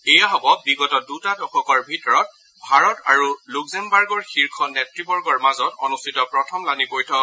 এয়া হ'ব বিগত দুটা দশকৰ ভিতৰত ভাৰত আৰু লুক্সেমবাৰ্গৰ শীৰ্ষ নেতৃবৰ্গৰ মাজত অনুষ্ঠিত প্ৰথমলানি বৈঠক